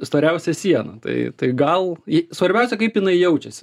storiausią sieną tai gal ji svarbiausia kaip jinai jaučiasi